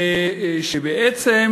ושבעצם